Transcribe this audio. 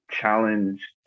challenge